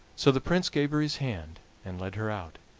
so the prince gave her his hand and led her out,